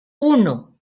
uno